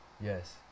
Yes